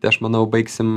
tai aš manau baigsim